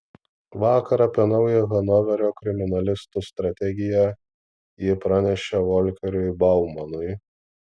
vakar apie naują hanoverio kriminalistų strategiją ji pranešė volkeriui baumanui